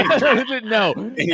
no